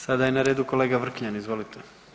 Sada je na redu kolega Vrkljan, izvolite.